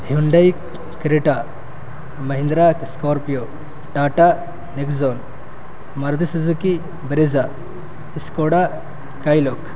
ہنڈ Creta Mahindra Scorpio Tata Nexon Maruti Suzuki Brezza Skoda Kylaq